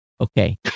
Okay